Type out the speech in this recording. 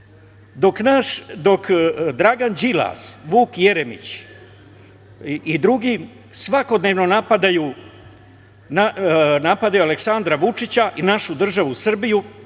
Dragan Đilas, Vuk Jeremić i drugi svakodnevno napadaju Aleksandra Vučića i državu Srbiju,